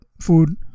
food